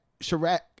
Chirac